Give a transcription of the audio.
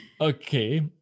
Okay